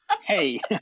Hey